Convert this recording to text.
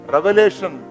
Revelation